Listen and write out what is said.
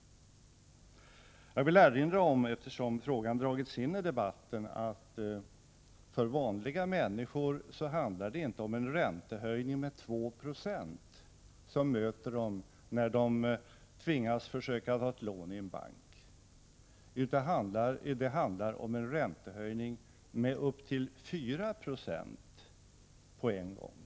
Jag vill erinra om, eftersom frågan har dragits in i debatten, att det för vanliga människor inte handlar om en räntehöjning med 2 Zo som möter dem när de tvingas försöka ta ett lån i en bank, utan det handlar om en räntehöjning med upp till 4 26 på en gång.